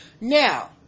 Now